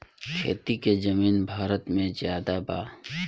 खेती के जमीन भारत मे ज्यादे बा